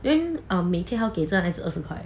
then 每天要给这男孩子二十块